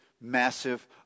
massive